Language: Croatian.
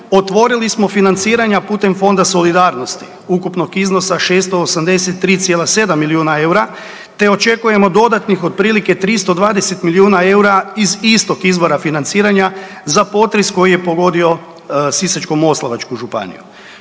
otvorili smo financiranja putem Fonda solidarnosti ukupnog iznosa 683,7 milijuna eura te očekujemo dodatnih, otprilike 320 milijuna eura iz istog izvora financiranja za potres koji je pogodio Sisačko-moslavačku županiju.